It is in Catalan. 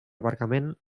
aparcament